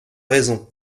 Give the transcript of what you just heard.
raison